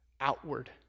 outward